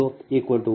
0 p